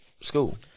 school